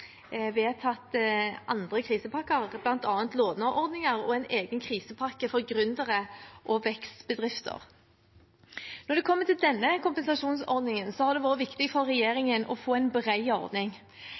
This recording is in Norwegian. en egen krisepakke for gründere og vekstbedrifter. Når det gjelder denne kompensasjonsordningen, har det vært viktig for